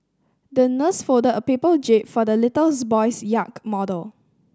the nurse folded a paper jib for the little boy's yak model